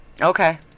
okay